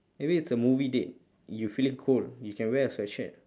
maybe it's a movie date you feeling cold you can wear a sweatshirt